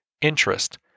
interest